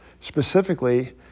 Specifically